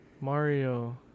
Mario